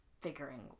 figuring